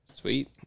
Sweet